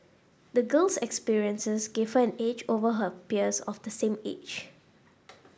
the girl's experiences gave her an edge over her peers of the same age